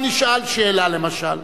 אבל נשאלת שאלה, למשל,